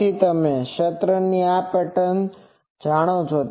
તેથી તમે ક્ષેત્રની આ પેટર્ન જાણો છો